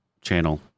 channel